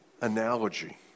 analogy